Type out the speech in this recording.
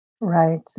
Right